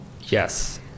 Yes